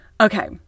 Okay